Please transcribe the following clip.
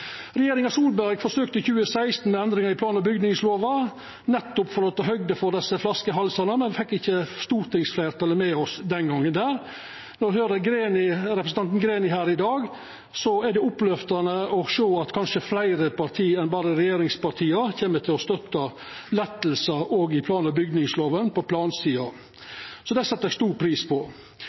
Regjeringa Solberg forsøkte i 2016 med endringar i plan- og bygningslova, nettopp for å ta høgde for desse flaskehalsane, men me fekk ikkje stortingsfleirtalet med oss den gongen. Når eg høyrer representanten Greni her i dag, er det oppløftande å sjå at kanskje fleire parti enn berre regjeringspartia kjem til å støtta lettar i plan- og bygningslova på plansida. Det set eg stor pris.